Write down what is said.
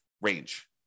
range